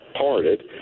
parted